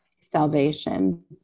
salvation